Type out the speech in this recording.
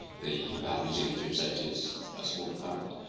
the new zealand food safety is a small department.